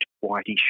whitish